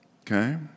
Okay